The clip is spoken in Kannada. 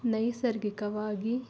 ನೈಸರ್ಗಿಕವಾಗಿ